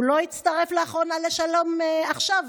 הוא לא הצטרף לאחרונה לשלום עכשיו,